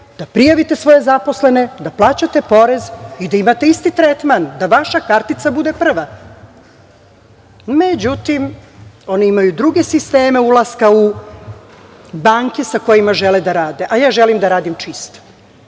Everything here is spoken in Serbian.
da prijavite svoje zaposlene, da plaćate porez i da imate isti tretman, da vaša kartica bude prva.Međutim, oni imaju druge sisteme ulaska u banke sa kojima žele da rade, a ja želim da radim čisto.